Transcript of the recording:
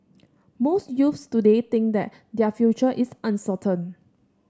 most youths today think that their future is uncertain